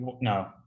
No